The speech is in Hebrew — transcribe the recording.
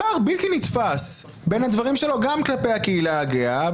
יש פער בלתי נתפס בין הדברים שלו גם כלפי הקהילה הגאה,